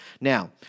Now